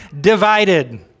divided